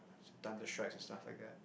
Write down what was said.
thunder strikes and stuff like that